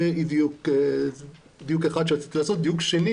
זה דיוק אחד שרציתי לדייק, דיוק שני